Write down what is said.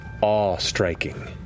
awe-striking